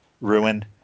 ruined